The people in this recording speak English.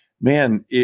man